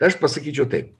aš pasakyčiau taip